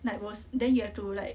like was then you have to like